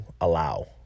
allow